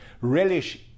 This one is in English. Relish